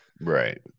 Right